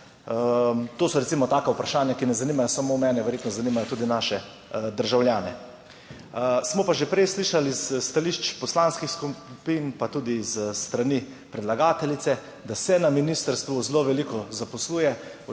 To so recimo taka vprašanja, ki ne zanimajo samo mene, verjetno zanimajo tudi naše državljane. Smo pa že prej slišali iz stališč poslanskih skupin pa tudi s strani predlagateljice, da se na ministrstvu zelo veliko zaposluje